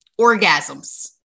orgasms